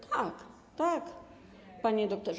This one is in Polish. Tak, tak, panie doktorze.